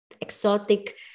exotic